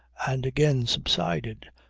and again subsided,